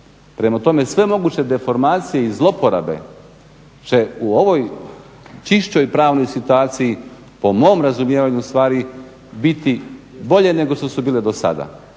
prema tome sve moguće deformacije i zloporabe će u ovoj čišćoj pravnoj situaciji po mom razumijevanju stvari biti bolje nego što su bile do sada.